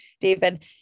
David